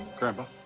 grandpa,